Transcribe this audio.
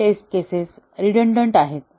काही test cases redundant आहेत